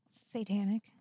Satanic